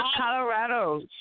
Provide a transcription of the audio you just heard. Colorado